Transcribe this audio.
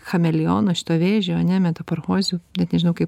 chameleono šito vėžio ane metaporchozių net nežinau kaip